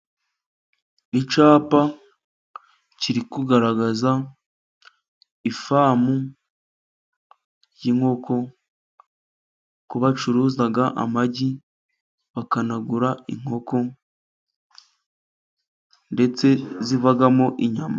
Icyapa kiri kugaragaza ifamu ry'inkoko ku bacuruza amagi bakanagura inkoko ndetse zivamo inyama.